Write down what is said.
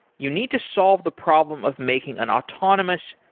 you need to solve the problem of making an autonomous,